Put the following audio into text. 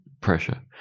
pressure